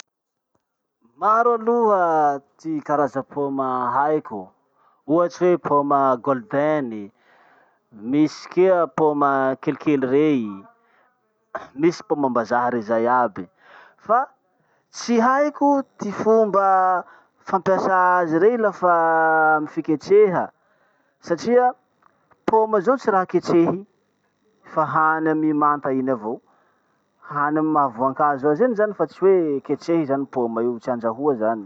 Maro aloha ty karaza poma haiko: ohatsy hoe poma golden, misy kea poma kelikely rey, misy pomam-bazaha rey zay aby. Fa tsy haiko ty fomba fampiasà azy rey lafa amy fiketreha satria poma zao tsy raha ketrehy fa hany amy i manta iny avao. Hany amy maha voankazo azy iny zany fa tsy hoe ketrehy zany poma io. Tsy andrahoa zany.